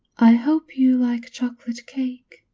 i hope you like chocolate cake,